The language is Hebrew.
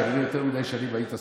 כנראה יותר מדי שנים היית שר.